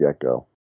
get-go